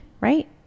right